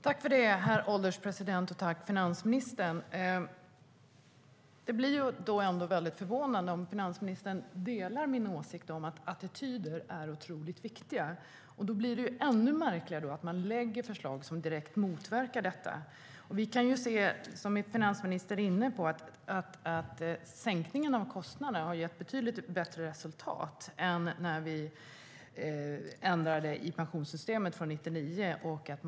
Herr ålderspresident! Jag tackar finansministern. Om nu finansministern delar min åsikt att attityder är otroligt viktiga blir det ännu märkligare att man lägger fram förslag som direkt motverkar detta. Det är väldigt förvånande. Som finansministern är inne på har sänkningen av kostnaden gett betydligt bättre resultat än när vi ändrade i pensionssystemet från 1999.